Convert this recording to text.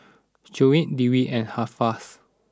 Shoaib Dewi and Hafsas